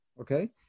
okay